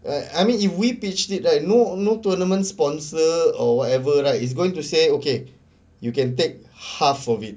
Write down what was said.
I I mean if we pitched it right no no tournament sponsor or whatever right it's going to say okay you can take half of it